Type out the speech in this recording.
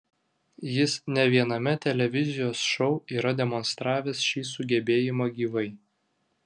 jis ne viename televizijos šou yra demonstravęs šį sugebėjimą gyvai